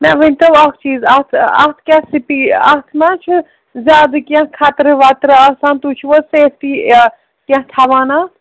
مےٚ ؤنۍ تو اَکھ چیٖز اَتھ اَتھ کیٛاہ سِپی اَتھ ما چھُ زیادٕ کیٚنٛہہ خطرٕ وَطرٕ آسان تُہۍ چھُو حظ سیفٹی کیٚنٛہہ تھاوان اَتھ